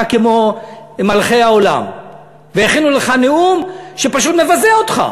כמו מלכי העולם והכינו לך נאום שפשוט מבזה אותך?